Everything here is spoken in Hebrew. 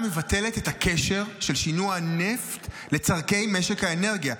ההחלטה מבטלת את הקשר של שינוע נפט לצורכי משק האנרגיה.